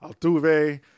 Altuve